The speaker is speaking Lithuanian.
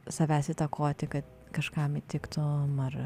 savęs įtakoti kad kažkam įtiktum ar